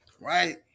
right